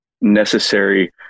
necessary